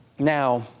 Now